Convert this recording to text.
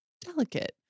delicate